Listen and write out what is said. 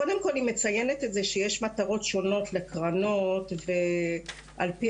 קודם כל היא מציינת את זה שיש מטרות שונות לקרנות ועל פי